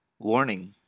Warning